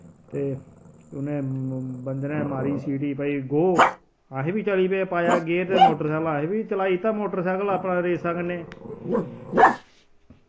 ते उ'नै बंदे नै मारी सीटी भाई गो असीं बी चली पे पाया गेअर ते मोटरसैकल असी बी चलाई दित्ता मोटरसैकल अपना रेसा कन्नै